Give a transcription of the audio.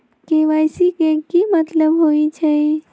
KYC के कि मतलब होइछइ?